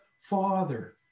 father